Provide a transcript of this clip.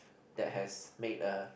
that has made a